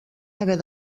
haver